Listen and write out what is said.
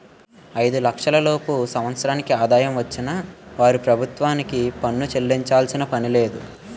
ఐదు లక్షల లోపు సంవత్సరాల ఆదాయం వచ్చిన వారు ప్రభుత్వానికి పన్ను చెల్లించాల్సిన పనిలేదు